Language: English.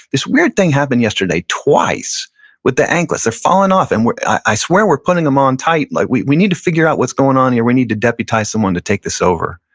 this weird thing happened yesterday twice with the anklets. they're falling off, and i swear we're putting them on tight, like we we need to figure out what's going on here, we need to deputize someone to take this over.